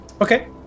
Okay